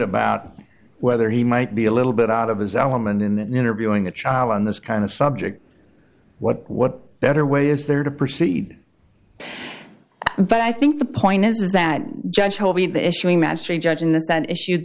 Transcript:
about whether he might be a little bit out of his element in that interviewing a child on this kind of subject what what better way is there to proceed but i think the point is is that